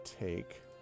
take